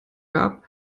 gab